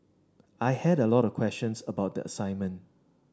I had a lot of questions about the assignment